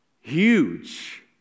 huge